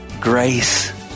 grace